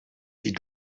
sie